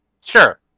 Sure